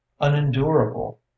unendurable